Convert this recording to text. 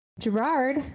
Gerard